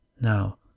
Now